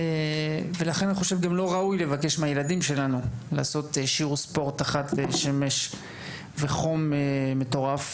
לכן גם לא ראוי לבקש מהילדים שלנו לעשות שיעור ספורט בשמש וחום מטורף.